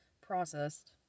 processed